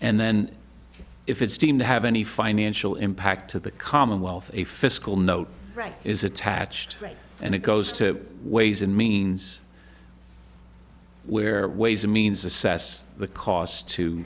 and then if it's deemed to have any financial impact to the commonwealth a fiscal note right is attached right and it goes to ways and means where ways and means assessed the cost to